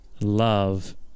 love